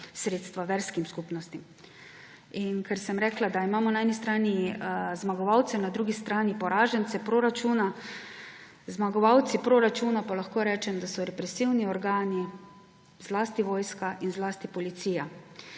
sredstva verskim skupnostim. In ker sem rekla, da imamo na eni strani zmagovalce, na drugi strani poražence proračuna, zmagovalci proračuna pa lahko rečem, da so represivni organi, zlasti vojska in policija.